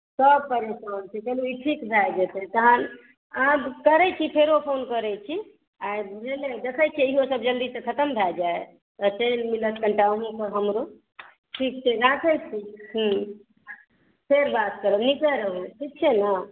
सब परेशान छै कनि ई ठीक भए जेतै तहन आब करैत छी फेरो फोन करैत छी आ भेलै देखैत छियै इहो सब जल्दीसँ खतम भए जाय तऽ टाइम मिलत कनिटा अहूँ कऽ हमरो ठीक छै राखैत छी हँ फेर बात करैत छी नीके रहू ठीक छै ने